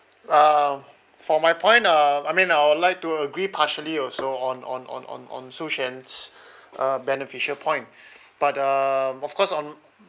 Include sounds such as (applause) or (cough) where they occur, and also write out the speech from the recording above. uh for my point uh I mean I would like to agree partially also on on on on on shu shen's uh beneficial point (breath) but um of course on